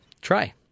Try